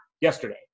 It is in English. yesterday